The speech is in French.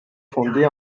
fondée